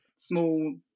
Small